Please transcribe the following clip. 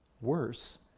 Worse